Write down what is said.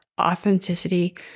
authenticity